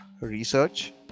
research